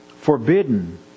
forbidden